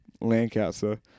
Lancaster